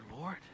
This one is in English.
Lord